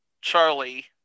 Charlie